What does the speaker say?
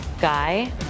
Guy